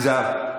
אוסאמה,